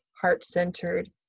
heart-centered